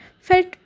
felt